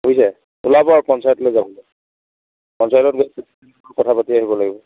বুইছে ওলাব পঞ্চায়তলৈ যাবলৈ পঞ্চায়তত গৈ কথা পাতি আহিব লাগিব